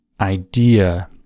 idea